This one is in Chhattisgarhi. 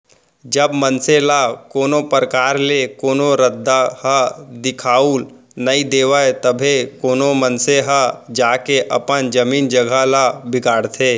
जब मनसे ल कोनो परकार ले कोनो रद्दा ह दिखाउल नइ देवय तभे कोनो मनसे ह जाके अपन जमीन जघा ल बिगाड़थे